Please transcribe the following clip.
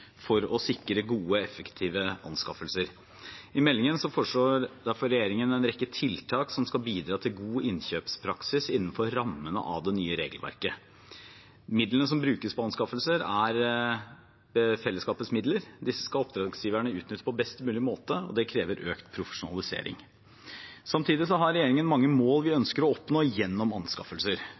for å sikre gode, effektive anskaffelser. I meldingen foreslår derfor regjeringen en rekke tiltak som skal bidra til god innkjøpspraksis innenfor rammene av det nye regelverket. Midlene som brukes på anskaffelser, er fellesskapets midler. Disse skal oppdragsgiverne utnytte på best mulig måte, og det krever en økt profesjonalisering. Samtidig har regjeringen mange mål vi ønsker å oppnå gjennom anskaffelser.